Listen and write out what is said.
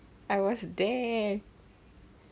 I was there